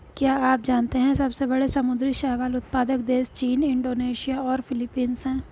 क्या आप जानते है सबसे बड़े समुद्री शैवाल उत्पादक देश चीन, इंडोनेशिया और फिलीपींस हैं?